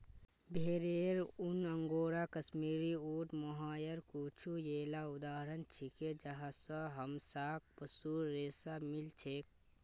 भेरेर ऊन, अंगोरा, कश्मीरी, ऊँट, मोहायर कुछू येला उदाहरण छिके जहाँ स हमसाक पशुर रेशा मिल छेक